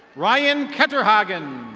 ryan kedderhagen.